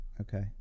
Okay